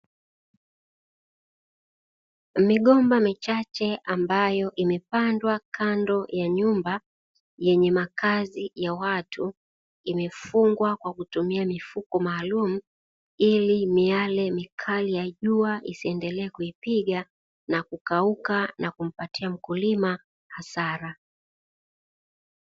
Migomba michache ambayo imepandwa kando ya nyumba yenye makazi ya watu, imefungwa kwa kutumia mifuko maalumu, ili miale mikali ya jua isiendelee kuipiga na kukauka na kumpatia mkulima hasara.